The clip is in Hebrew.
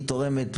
היא תורמת,